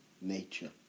nature